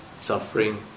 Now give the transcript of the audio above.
suffering